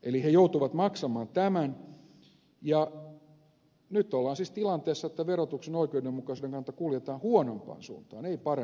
eli ne joutuvat maksamaan tämän ja nyt ollaan siis tilanteessa että verotuksen oikeudenmukaisuuden kannalta kuljetaan huonompaan suuntaan ei parempaan suuntaan vaan huonompaan suuntaan